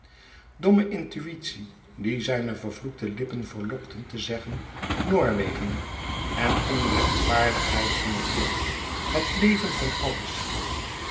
domme intuïtie die zijne vervloekte lippen verlokten te zeggen noorwegen en onrechtvaardigheid van het lot het leven van alles